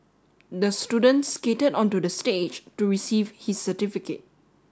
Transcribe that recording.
the student skated onto the stage to receive his certificate